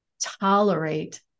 tolerate